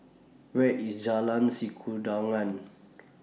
Where IS Jalan Sikudangan